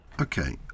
Okay